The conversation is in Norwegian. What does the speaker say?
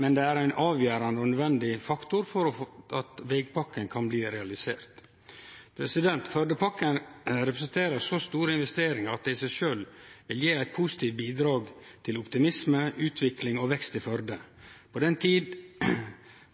men det er ein avgjerande og nødvendig faktor for at vegpakken kan bli realisert. Førdepakken representerer så store investeringar at det i seg sjølv gir eit positivt bidrag til optimisme, utvikling og vekst i Førde. Dei